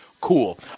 cool